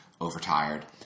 overtired